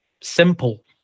simple